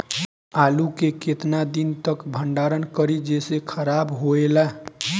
आलू के केतना दिन तक भंडारण करी जेसे खराब होएला?